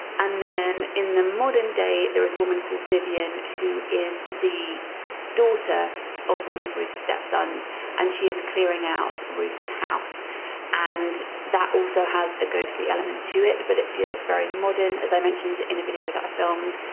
and then in the modern day there was a woman called vivian who is the daughter of one of ruth's stepsons and she is clearing out ruth's house and that also has a ghostly element to it but it feels very modern, as i mentioned in a video that i filmed